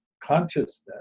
consciousness